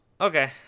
okay